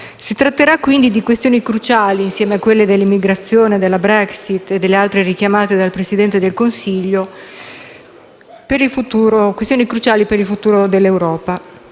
Si tratterà quindi di questioni cruciali, insieme a quelle dell'immigrazione, della Brexit e delle altre richiamate dal Presidente del Consiglio, per il futuro dell'Europa.